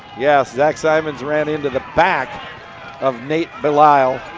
yes, zach simons ran into the back of nate belisle.